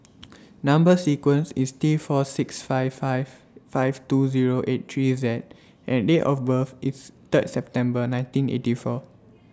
Number sequence IS T four six five five five two Zero eight three Z and Date of birth IS Third September nineteen eighty four